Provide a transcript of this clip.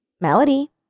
Melody